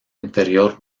inferior